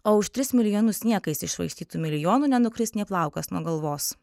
o už tris milijonus niekais iššvaistytų milijonų nenukris nė plaukas nuo galvos